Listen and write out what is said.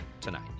tonight